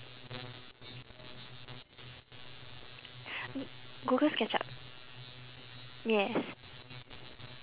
google sketchup yes